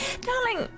darling